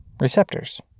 receptors